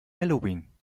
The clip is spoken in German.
halloween